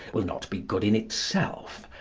will not be good in itself,